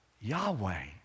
Yahweh